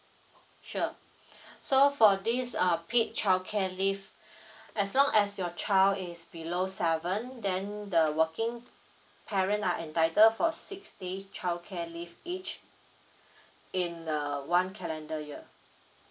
sure so for this err paid childcare leave as long as your child is below seven then the working parent are entitled for six day childcare leave each in the one calendar year